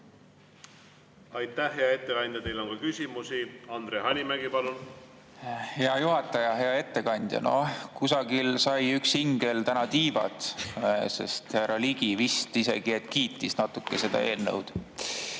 Aitäh, hea ettekandja! Teile on ka küsimusi. Andre Hanimägi, palun! Hea juhataja! Hea ettekandja! Kusagil sai üks ingel täna tiivad, sest härra Ligi vist isegi kiitis natuke seda eelnõu. Minu